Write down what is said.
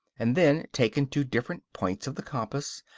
and then taken to different points of the compass,